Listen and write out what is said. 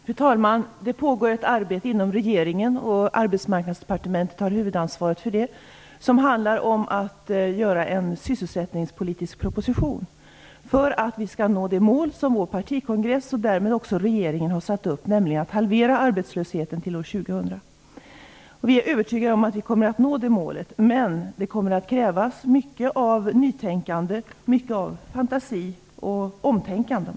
Fru talman! Det pågår ett arbete inom regeringen, och Arbetsmarknadsdepartementet har huvudansvaret för det, som handlar om att göra en sysselsättningspolitisk proposition för att vi skall nå det mål som vår partikongress och därmed också regeringen har satt upp, nämligen att halvera arbetslösheten till år 2000. Vi är övertygade om att vi kommer att nå det målet, men det kommer att krävas mycket av nytänkande, fantasi och omtänkande.